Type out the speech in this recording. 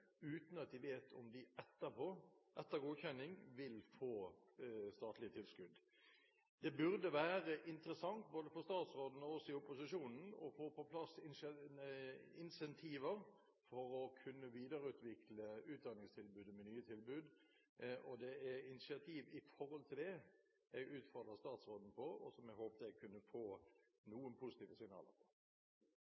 uten at de vet om de etter godkjenning vil få statlige tilskudd. Det burde være interessant både for statsråden og for oss i opposisjonen å få på plass incentiver for å kunne videreutvikle utdanningstilbudet med nye tilbud, og det er initiativ i forhold til dette jeg utfordrer statsråden på, og som jeg håpet jeg kunne få